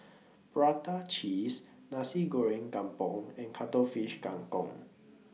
Prata Cheese Nasi Goreng Kampung and Cuttlefish Kang Kong